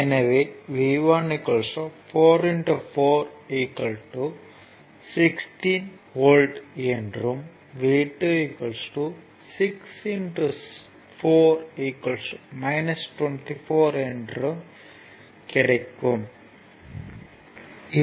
எனவே V 1 4 4 16 V என்றும் V 2 6 4 24 V என்று தெளிவாகியுள்ளது